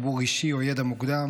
חיבור אישי או ידע מוקדם.